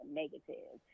negative